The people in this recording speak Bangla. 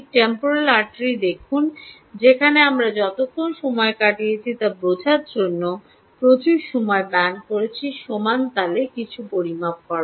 টেম্পোরাল আর্টারি দেখুন যে আমরা যতক্ষণ সময় কাটিয়েছি তা বোঝার চেষ্টা করার জন্য প্রচুর সময় ব্যয় করছি সমানতালে কিছু চলছে মাপা